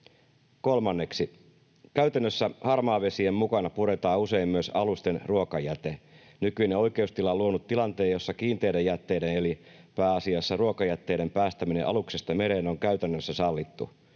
Kolmanneksi, käytännössä harmaavesien mukana puretaan usein myös alusten ruokajäte. Nykyinen oikeustila on luonut tilanteen, jossa kiinteiden jätteiden, eli pääasiassa ruokajätteiden, päästäminen aluksesta mereen on käytännössä sallittu.